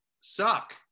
suck